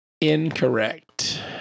Incorrect